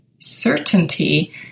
Certainty